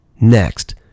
Next